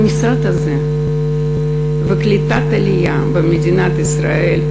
המשרד הזה וקליטת עלייה במדינת ישראל,